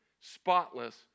spotless